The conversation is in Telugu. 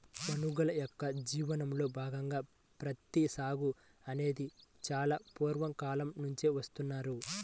మనుషుల యొక్క జీవనంలో భాగంగా ప్రత్తి సాగు అనేది చాలా పూర్వ కాలం నుంచే చేస్తున్నారు